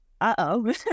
Uh-oh